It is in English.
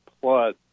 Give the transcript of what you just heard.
plus